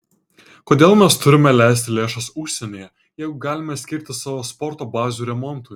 kodėl mes turime leisti lėšas užsienyje jeigu galime skirti savo sporto bazių remontui